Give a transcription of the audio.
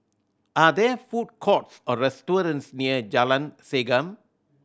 are there food courts or restaurants near Jalan Segam